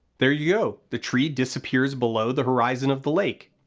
there you go, the tree disappears below the horizon of the lake.